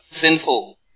sinful